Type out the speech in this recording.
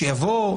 שיבוא,